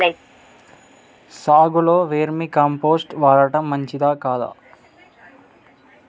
సాగులో vermicompost వాడటం మంచిదే కదా?